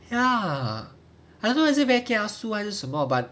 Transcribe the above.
ya I don't want to say very kiasu 还是什么 but